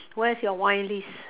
where's your wine list